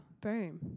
Boom